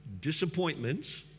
Disappointments